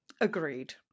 agreed